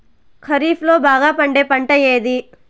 ఖరీఫ్ లో బాగా పండే పంట ఏది?